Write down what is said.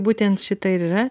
būtent šita ir yra